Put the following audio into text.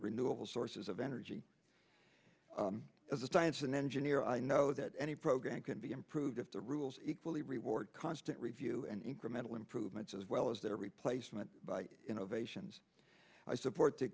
renewable sources of energy as a science and engineer i know that any program can be improved if the rules equally reward constant review and incremental improvements as well as their replacement by innovations i support th